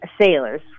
sailors